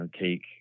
take